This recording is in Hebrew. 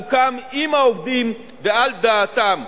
עם העובדים ועל דעתם.